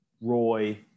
Roy